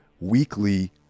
weekly